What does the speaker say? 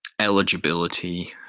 eligibility